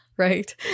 right